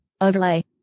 overlay